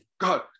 God